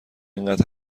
اینقد